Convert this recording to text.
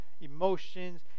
emotions